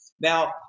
Now